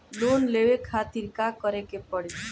Loan लेवे खातिर का करे के पड़ी?